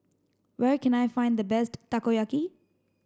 where can I find the best Takoyaki